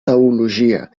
teologia